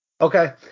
Okay